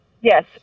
yes